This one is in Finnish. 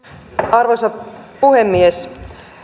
arvoisa puhemies